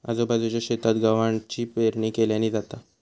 आजूबाजूच्या शेतात गव्हाची पेरणी केल्यानी होती